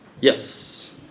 Yes